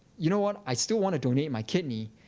you know what? i still wanna donate my kidney.